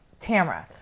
Tamra